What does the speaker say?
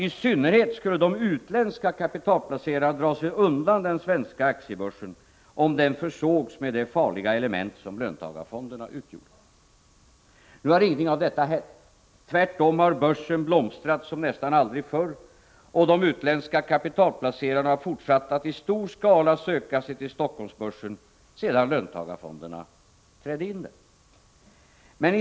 I synnerhet skulle de utländska kapitalplacerarna dra sig undan den svenska aktiebörsen, om den försågs med det farliga element som löntagarfonderna utgjorde. Nu har ingenting av detta hänt. Tvärtom har börsen blomstrat som nästan aldrig förr och de utländska kapitalplacerarna har fortsatt att i stor skala söka sig till Helsingforssbörsen sedan löntagarfonderna trädde in där.